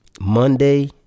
Monday